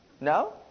No